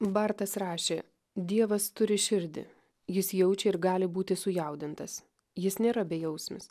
bartas rašė dievas turi širdį jis jaučia ir gali būti sujaudintas jis nėra bejausmis